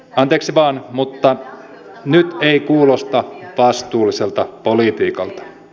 anteeksi vain mutta nyt ei kuulosta vastuulliselta politiikalta